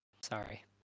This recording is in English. Sorry